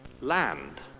land